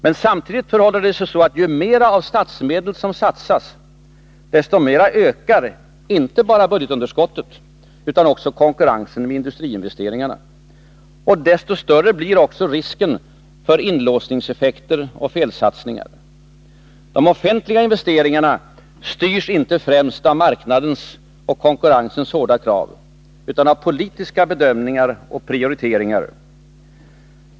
Men samtidigt förhåller det sig så, att ju mera av statsmedel som satsas, desto mera ökar inte bara budgetunderskottet utan också konkurrensen med industriinvesteringarna, och desto större blir risken för inlåsningseffekter och felsatsningar. De offentliga investeringarna styrs inte främst av marknadens och konkurrensens hårda krav utan av politiska bedömningar och prioriteringar.